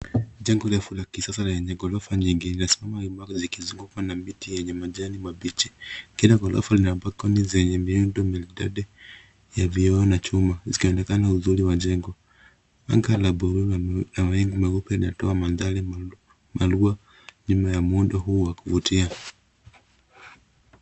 Jengo refu la kisasa lenye ghorofa nyingi linasimama imara zikizungukwa na miti zenye majani mabichi. Kila ghorofa lina balikoni zenye miundo maridadi ya vioo na chuma, zikionekana uzuri wa jengo. Anga la buluu na mawingu meupe yanatoa mandhari maalum juu ya muundo huu wa kuvutia.